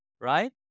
right